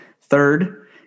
third